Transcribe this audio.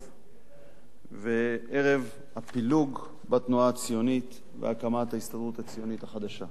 וערב הפילוג בתנועה הציונית והקמת ההסתדרות הציונית החדשה.